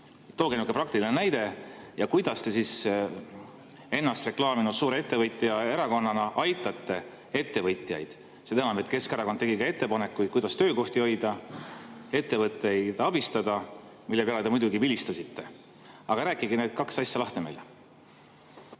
Tooge praktiline näide. Ja kuidas te ennast reklaaminud suurettevõtjate erakonnana aitate ettevõtjaid? Keskerakond tegi ka ettepanekuid, kuidas töökohti hoida, ettevõtteid abistada, mille peale te muidugi vilistasite. Aga rääkige need kaks asja lahti meile.